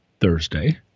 Thursday